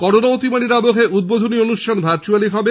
corona অতিমারীর আবহে উদ্বোধনী অনুষ্ঠান ভার্চুয়ালী হবে